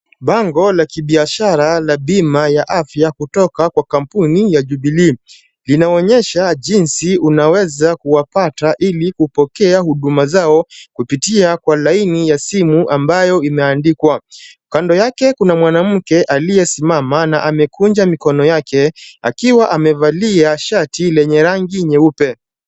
Bango la kibiashara la bima ya afya kutoka kwa kampuni ya Jubilee. Linaonyesha jinsi unaweza kuwapata ili kupokea huduma zao kupitia kwa laini ya simu ambayo imeandikwa. Kando yake kuna mwanamke aliyesimama na amekunja mikono yake akiwa amevalia shati lenye rangi nyeupe.